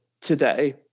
today